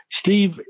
Steve